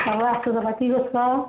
ভালে আছোঁ ৰ'বা কি কৰিছ